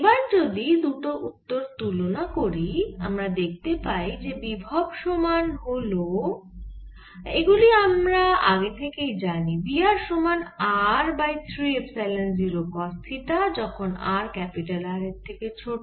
এবার যদি দুটি উত্তর কে তুলনা করি আমরা দেখতে পাই যে বিভব সমান হল এগুলি আমরা আগে থেকেই জানি V r সমান r by 3 epsilon 0 cos theta যখন r ক্যাপিটাল R এর থেকে ছোট